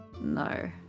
no